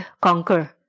conquer